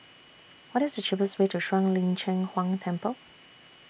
What IS The cheapest Way to Shuang Lin Cheng Huang Temple